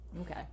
Okay